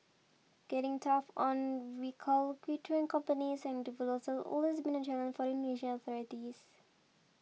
getting tough on companies and individuals has always been a challenge for the Indonesian authorities